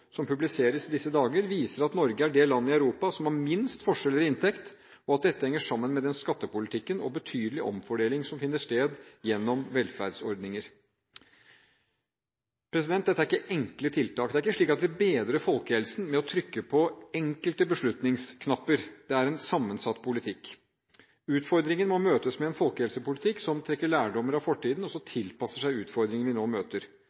som publiseres i disse dager, viser at Norge er det landet i Europa som har minst forskjeller i inntekt, og at dette henger sammen med den skattepolitikken og betydelige omfordelingen som finner sted gjennom velferdsordninger. Dette er ikke enkle tiltak, det er ikke slik at vi bedrer folkehelsen ved å trykke på enkelte beslutningsknapper. Dette er en sammensatt politikk. Utfordringene må møtes med en folkehelsepolitikk som trekker lærdommer av fortiden og tilpasser seg utfordringene som vi nå møter.